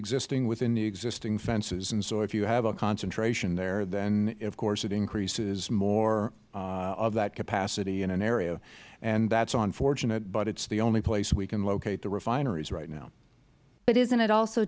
existing within the existing fences and so if you have a concentration there then of course it increases more of that capacity in a area and that is unfortunate but it is the only place we can locate the refineries right now